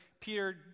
Peter